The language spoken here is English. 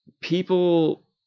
people